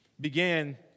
began